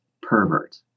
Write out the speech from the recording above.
pervert